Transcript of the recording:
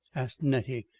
asked nettie,